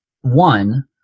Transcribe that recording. one